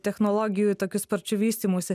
technologijų tokiu sparčiu vystymusi